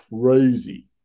crazy